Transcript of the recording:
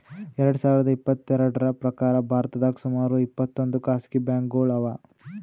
ಎರಡ ಸಾವಿರದ್ ಇಪ್ಪತ್ತೆರಡ್ರ್ ಪ್ರಕಾರ್ ಭಾರತದಾಗ್ ಸುಮಾರ್ ಇಪ್ಪತ್ತೊಂದ್ ಖಾಸಗಿ ಬ್ಯಾಂಕ್ಗೋಳು ಅವಾ